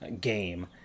game